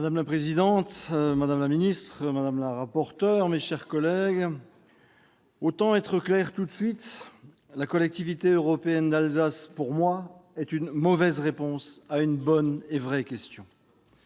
Madame la présidente, madame la ministre, madame la rapporteur, mes chers collègues, autant être clair tout de suite : la Collectivité européenne d'Alsace est une mauvaise réponse à une bonne et vraie question.